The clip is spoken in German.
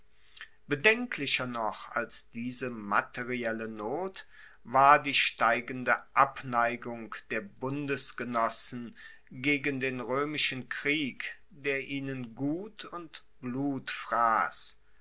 bedenklicher noch als diese materielle not war die steigende abneigung der bundesgenossen gegen den roemischen krieg der ihnen gut und blut frass